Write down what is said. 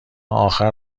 آخر